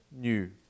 new